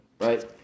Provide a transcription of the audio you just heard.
right